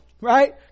Right